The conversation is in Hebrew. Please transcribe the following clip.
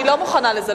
אני לא מוכנה לזה.